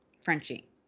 Frenchie